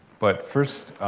but first,